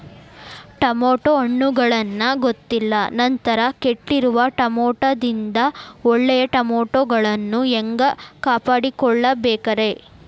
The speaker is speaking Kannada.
ಟಮಾಟೋ ಹಣ್ಣುಗಳನ್ನ ಗೊತ್ತಿಲ್ಲ ನಂತರ ಕೆಟ್ಟಿರುವ ಟಮಾಟೊದಿಂದ ಒಳ್ಳೆಯ ಟಮಾಟೊಗಳನ್ನು ಹ್ಯಾಂಗ ಕಾಪಾಡಿಕೊಳ್ಳಬೇಕರೇ?